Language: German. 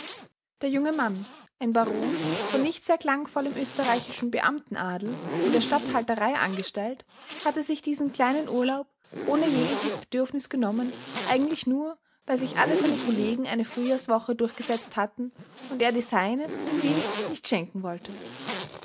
der junge mann ein baron von nicht sehr klangvollem österreichischen beamtenadel in der statthalterei angestellt hatte sich diesen kleinen urlaub ohne jegliches bedürfnis genommen eigentlich nur weil sich alle seine kollegen eine frühjahrswoche durchgesetzt hatten und er die seine dem dienst nicht schenken wollte